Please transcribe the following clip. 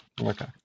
okay